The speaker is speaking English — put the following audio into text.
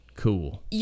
Cool